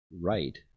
right